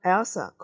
Elsa